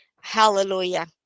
Hallelujah